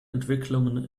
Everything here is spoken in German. entwicklungen